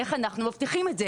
איך אנחנו מבטיחים את זה?